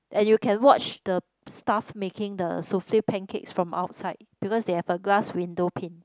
and you can watch the staff making the souffle pancakes from outside because they have a glass window pane